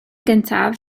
gyntaf